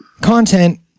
content